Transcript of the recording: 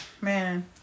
man